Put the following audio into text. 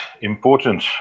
important